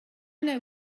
know